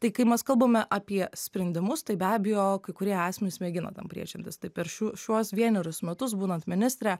tai kai mas kalbame apie sprendimus tai be abejo kai kurie asmenys mėgina tam priešintis tai per šių šiuos vienerius metus būnant ministre